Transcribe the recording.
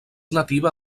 nativa